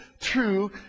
true